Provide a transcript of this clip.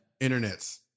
internets